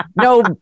No